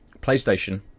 playstation